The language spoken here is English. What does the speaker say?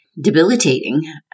debilitating